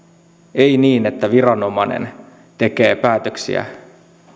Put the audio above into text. ei niin että viranomainen tekee päätöksiä